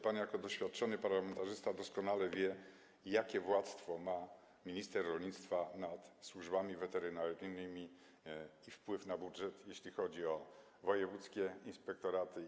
Pan jako doświadczony parlamentarzysta doskonale wie, jakie władztwo ma minister rolnictwa nad służbami weterynaryjnymi i jaki wpływ ma na budżet, jeśli chodzi o wojewódzkie i powiatowe inspektoraty.